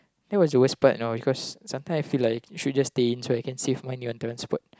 that was the worst part you know because sometimes I feel like we should just stay in so I can save money on transport